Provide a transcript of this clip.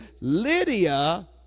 Lydia